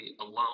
alone